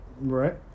Right